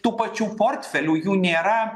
tų pačių portfelių jų nėra